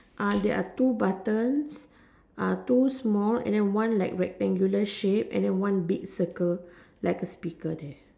there're two button two small and then one like rectangular shape and then one big circle like a speaker there